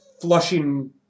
flushing